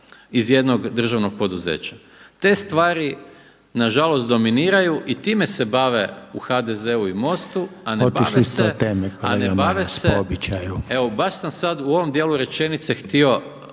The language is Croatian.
iz jednog državnog poduzeća. Te stvari nažalost dominiraju i time se bave u HDZ-u i MOST-u a ne bave se … …/Upadica: Otišli ste od teme kolega Maras, po običaju./… A ne bave se, evo baš sam sada u ovom dijelu rečenice htio